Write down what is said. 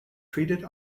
treated